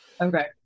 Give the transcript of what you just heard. okay